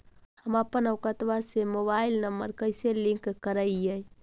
हमपन अकौउतवा से मोबाईल नंबर कैसे लिंक करैइय?